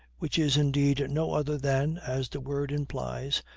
which is indeed no other than, as the word implies,